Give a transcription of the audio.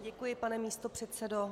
Děkuji, pane místopředsedo.